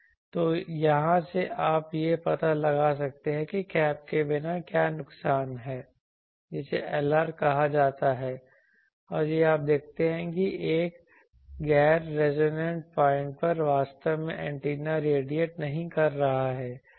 तो यहां से आप यह पता लगा सकते हैं कि कैप के बिना क्या नुकसान है जिसे Lr कहा जाता है और ये आप देखते हैं कि एक गैर रेजोनंट पॉइंट पर वास्तव में एंटीना रेडिएट नहीं कर रहा है